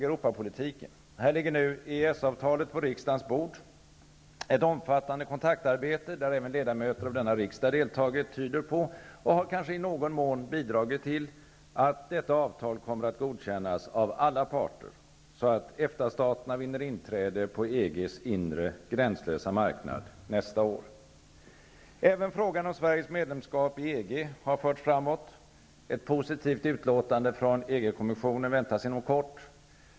Europapolitiken. Här ligger nu EES-avtalet på riksdagens bord. Ett omfattande kontaktarbete, där även ledamöter av denna riksdag deltagit, tyder på -- och har kanske i någon mån bidragit till -- att detta avtal kommer att godkännas av alla parter, så att EFTA-staterna vinner inträde på EG:s inre, gränslösa marknad nästa år. Även frågan om Sveriges medlemskap i EG har förts framåt. Ett positivt utlåtande från EG kommissionen väntas inom kort.